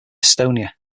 estonia